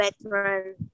veteran